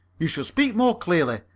you should speak more clearly.